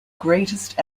greatest